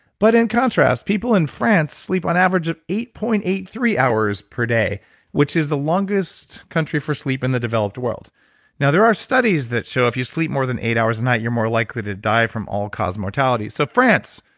but in contrast, people in france sleep an average of eight point eight three hours per day which is the longest country for sleep in the developed world now, there are studies that show if you sleep more than eight hours a night, you're more likely to die from all causes of mortality. so, france,